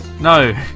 No